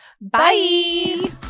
Bye